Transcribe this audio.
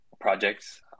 projects